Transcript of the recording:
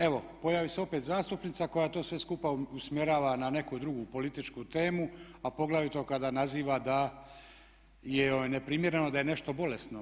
Evo pojavi se opet zastupnica koja to sve skupa usmjerava na neku drugu političku temu, a poglavito kada naziva da je neprimjereno da je nešto bolesno.